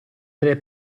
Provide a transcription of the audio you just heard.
delle